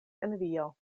envio